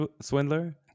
swindler